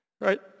Right